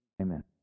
amen